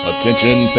Attention